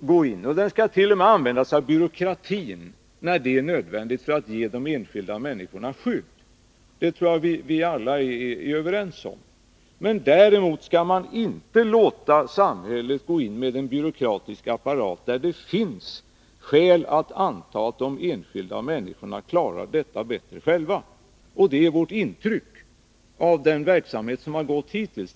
gå in och t.o.m. använda byråkratin när det är nödvändigt för att ge de enskilda människorna skydd -— det tror jag vi alla är överens om —- men däremot skall man inte låta samhället gå in med en byråkratisk apparat där det finns skäl att anta att de enskilda människorna klarar detta bättre själva. Och det är vårt intryck av den verksamhet som har bedrivits hittills.